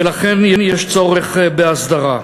ולכן יש צורך בהסדרה.